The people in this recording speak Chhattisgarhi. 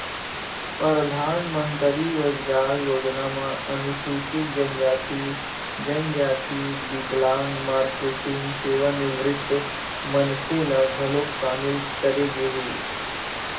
परधानमंतरी रोजगार योजना म अनुसूचित जनजाति, जनजाति, बिकलांग, मारकेटिंग, सेवानिवृत्त मनखे ल घलोक सामिल करे गे हे